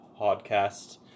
podcast